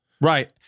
Right